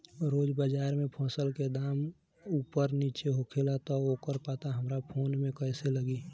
रोज़ बाज़ार मे फसल के दाम ऊपर नीचे होखेला त ओकर पता हमरा फोन मे कैसे लागी?